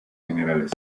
generales